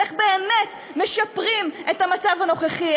על איך באמת משפרים את המצב הנוכחי,